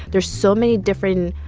there's so many different,